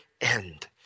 end